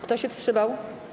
Kto się wstrzymał?